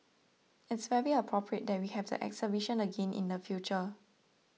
it's very appropriate that we have the exhibition again in the future